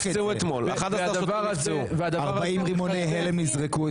נזרקו אתמול 40 רימוני הלם.